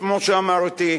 כמו שאמרתי,